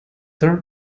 turn